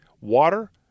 water